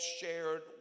shared